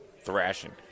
thrashing